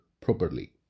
properly